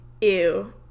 Ew